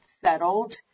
settled